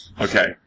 Okay